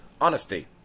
honesty